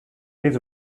his